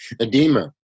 edema